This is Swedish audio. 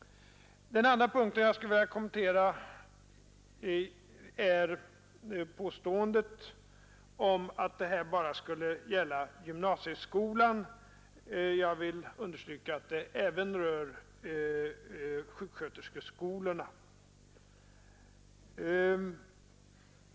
Den andra punkten jag skulle vilja kommentera är påståendet om att detta bara skulle gälla gymnasieskolan. Jag vill understryka att det även rör sjuksköterskeskolorna.